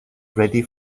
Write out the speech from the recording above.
ready